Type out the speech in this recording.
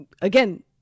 again